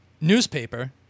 newspaper